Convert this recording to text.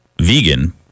vegan